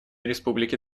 республики